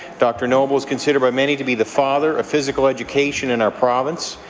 dr. noble is considered by many to be the father of physical education in our province.